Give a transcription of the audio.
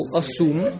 assume